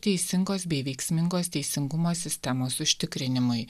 teisingos bei veiksmingos teisingumo sistemos užtikrinimui